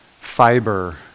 fiber